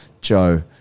Joe